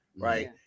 right